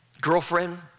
girlfriend